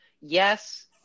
Yes